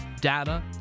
data